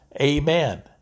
Amen